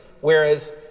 whereas